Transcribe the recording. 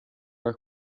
are